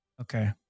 Okay